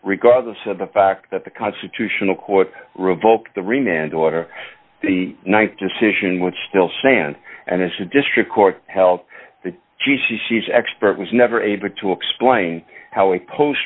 regardless of the fact that the constitutional court revoked the remand order the th decision which still stand and as a district court held that she she she is expert was never able to explain how a post